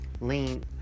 lean